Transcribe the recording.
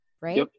right